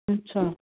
ਅੱਛਾ